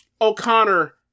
O'Connor